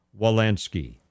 Walensky